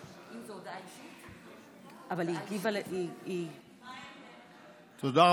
היא הגיבה, תודה.